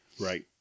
right